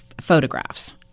photographs